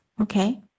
Okay